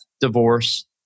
divorce